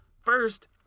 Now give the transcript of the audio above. First